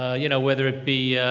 ah you know, weather it be